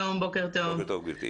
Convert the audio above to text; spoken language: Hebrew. בוקר טוב.